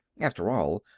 after all,